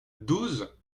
douze